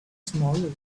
smaller